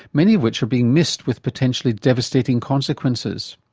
many of which are being missed with potentially devastating consequences.